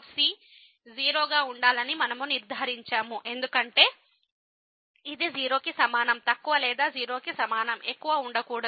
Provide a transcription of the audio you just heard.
fc 0 గా ఉండాలని మనము నిర్ధారించాము ఎందుకంటే ఇది 0 కి సమానం తక్కువ లేదా 0 కి సమానం ఎక్కువ ఉండకూడదు